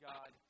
God